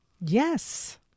Yes